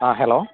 ആ ഹലോ